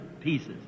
pieces